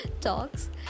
Talks